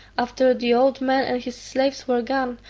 after the old man and his slaves were gone,